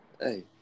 Hey